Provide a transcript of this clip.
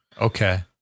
Okay